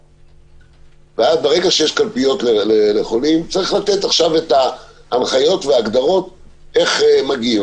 ברגע שיש קלפיות לחולים צריך לתת את ההנחיות איך מגיעים.